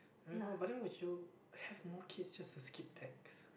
I don't know but then would you have more kids just to skip tax